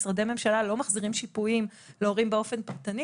משרדי ממשלה לא מחזירים שיפויים להורים באופן פרטני,